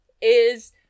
is-